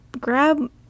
Grab